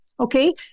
Okay